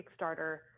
Kickstarter